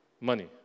money